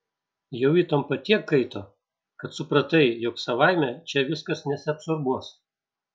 jau įtampa tiek kaito kad supratai jog savaime čia viskas nesiabsorbuos